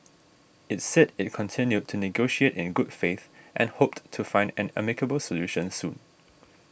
it said it continued to negotiate in good faith and hoped to find an amicable solution soon